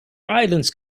islands